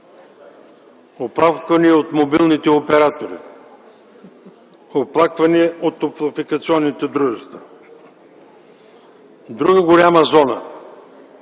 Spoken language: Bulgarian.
Оплаквания от мобилните оператори, оплаквания от топлофикационните дружества. Друга голяма зона: